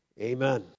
Amen